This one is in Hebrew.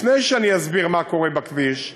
לפני שאסביר מה קורה בכביש: